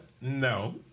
No